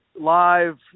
Live